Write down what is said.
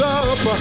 up